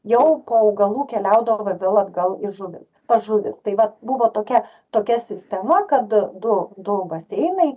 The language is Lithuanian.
jau po augalų keliaudavo vėl atgal į žuvis pas žuvis tai vat buvo tokia tokia sistema kad du du baseinai